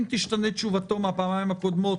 אם תשתנה תשובתו מהפעמיים הקודמות